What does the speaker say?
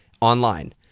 online